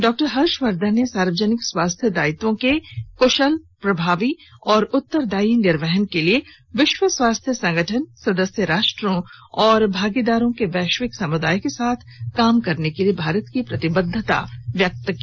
doctor Harshvardhan ने सार्वजनिक स्वास्थ्य दायित्वों के कुशल प्रभावी और उत्तरदायी निर्वहन के लिए विश्व स्वास्थ्य संगठन सदस्य राष्ट्रों और भागीदारों के वैश्विक समुदाय के साथ काम करने के लिए भारत की प्रतिबद्धता व्यक्त की